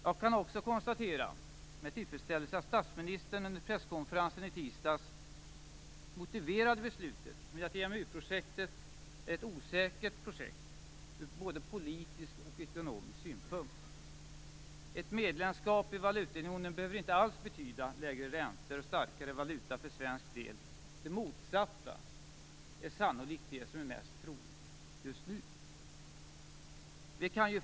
Jag kan också, med tillfredsställelse, konstatera att statsministern under presskonferensen i tisdags motiverade beslutet med att EMU-projektet är ett osäkert projekt från både politisk och ekonomisk synpunkt. Ett medlemskap i valutaunionen behöver inte alls betyda lägre räntor och en starkare valuta för svensk del. Det motsatta är sannolikt det mest troliga just nu.